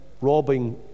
robbing